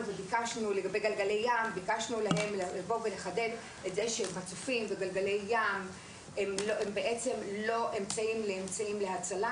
גלגלי ים ביקשנו מהם לחדד את זה שמצופים וגלגלי ים אינם אמצעים להצלה.